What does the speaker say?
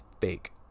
fake